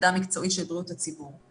עמדה מקצועית של בריאות הציבור.